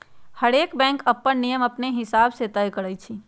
हरएक बैंक अप्पन नियम अपने हिसाब से तय करई छई